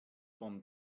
bomb